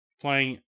playing